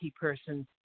person